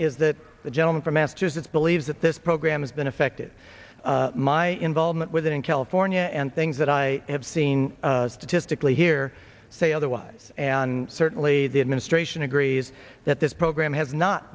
is that the gentleman from massachusetts believes that this program has been affected my involvement with it in california and things that i have seen statistically here say otherwise and certainly the administration agrees that this program has not